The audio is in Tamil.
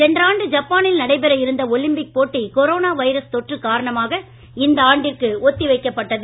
சென்ற ஆண்டு ஜப்பானில் நடைபெற இருந்த ஒலிம்பிக் போட்டி கொரோனா வைரஸ் தொற்று காரணமாக இந்த ஆண்டிற்கு ஒத்தி வைக்கப்பட்டது